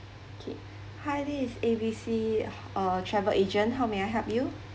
okay hi this is A B C uh travel agent how may I help you